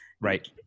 right